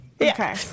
Okay